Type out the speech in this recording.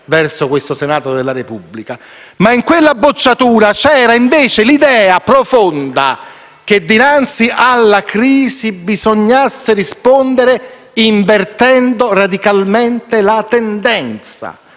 verso questo Senato della Repubblica. In quella bocciatura c'era, invece, l'idea profonda che dinanzi alla crisi bisognasse rispondere invertendo radicalmente la tendenza